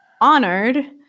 honored